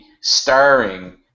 starring